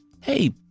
Hey